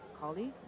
Colleague